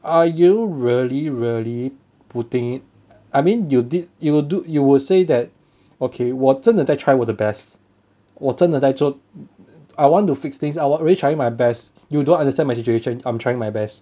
are you really really putting I mean you did you do you will say that okay 我真的在 try 我的 best 我真的在做 I want to fix things I wan~ I really trying my best you don't understand my situation I'm trying my best